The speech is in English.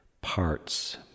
parts